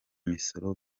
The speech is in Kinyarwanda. misoro